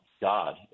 God